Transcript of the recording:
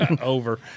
over